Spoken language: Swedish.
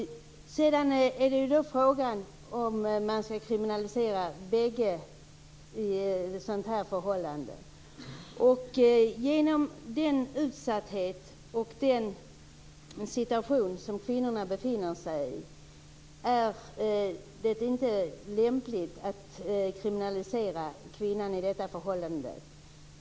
Sedan är det då frågan om man skall kriminalisera bägge parter. Genom den utsatta situation som kvinnorna befinner sig i är det inte lämpligt att kriminalisera kvinnan i detta sammanhang.